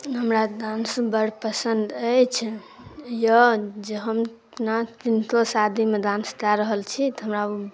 हमरा डान्स बड़ पसन्द अछि यऽ जे हम अपना किनको शादीमे डान्स कए रहल छी तऽ हमरा